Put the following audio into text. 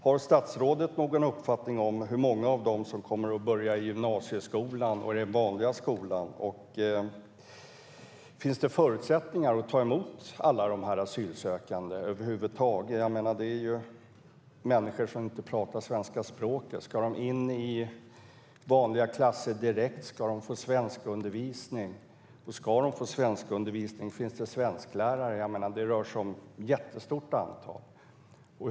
Har statsrådet någon uppfattning om hur många av dessa som kommer att börja i grundskola och gymnasieskola? Finns det förutsättningar att ta emot alla dessa asylsökande? Dessa människor talar inte svenska. Ska de in i vanliga klasser direkt? Ska de få svenskundervisning? Om de ska få svenskundervisning, finns det svensklärare? Det rör sig om ett jättestort antal.